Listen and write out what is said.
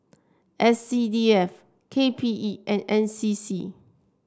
S C D F K P E and N C C